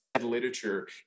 literature